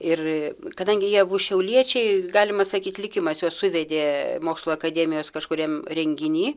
ir kadangi jie abu šiauliečiai galima sakyti likimas juos suvedė mokslų akademijos kažkuriam renginy